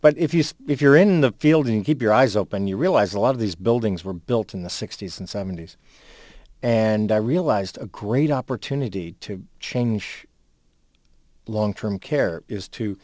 but if you if you're in the field and keep your eyes open you realize a lot of these buildings were built in the sixty's and seventy's and i realized a great opportunity to change long term care is to